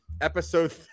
episode